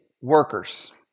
workers